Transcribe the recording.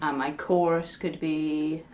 um my chorus could be.